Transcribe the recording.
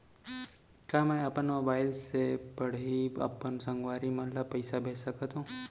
का मैं अपन मोबाइल से पड़ही अपन संगवारी मन ल पइसा भेज सकत हो?